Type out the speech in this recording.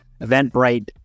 Eventbrite